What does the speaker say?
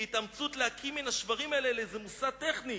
בהתאמצות להקים מן השברים הללו איזה מוסד טכני".